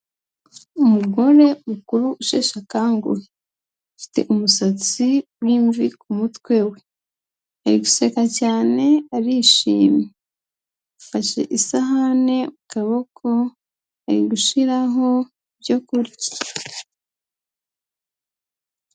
Umugore mukuru usheshe akanguhe, afite umusatsi w'imvi ku mutwe we, ari guseka cyane arishimye, afashe isahani kaboko ari gushiraho ibyo kurya.